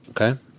Okay